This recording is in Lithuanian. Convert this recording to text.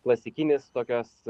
klasikinis tokios